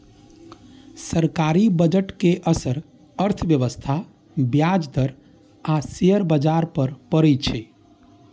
सरकारी बजट के असर अर्थव्यवस्था, ब्याज दर आ शेयर बाजार पर पड़ै छै